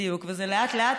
בדיוק, וזה לאט-לאט.